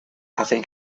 hacen